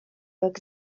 jak